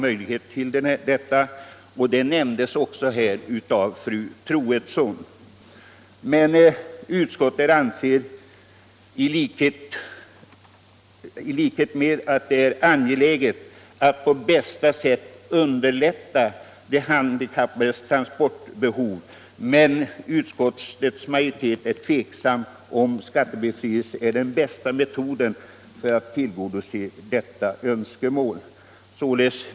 Detta nämndes också här av fru Troedsson. | Utskottet anser att det är angeläget att på bästa sätt underlätta de handikappades transportbehov, men utskottets majoritet är tveksam om skattebefrielse är den bästa metoden för att tillgodose detta önskemål.